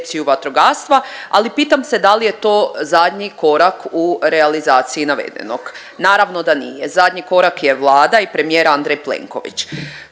ali pitam se da li je to zadnji korak u realizaciji navedenog. Naravno da nije. Zadnji korak je Vlada i premijer Andrej Plenković.